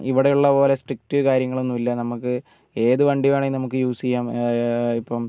ഇവിടെ ഉള്ള പോലെ സ്ട്രിക്ട് കാര്യങ്ങളൊന്നും ഇല്ല നമുക്ക് ഏത് വണ്ടി വേണമെങ്കിലും നമുക്ക് യൂസ് ചെയ്യാം ഇപ്പം